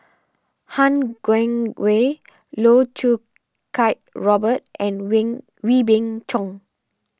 Han Guangwei Loh Choo Kiat Robert and when Wee Beng Chong